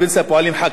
פועלי בניין,